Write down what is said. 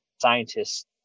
scientists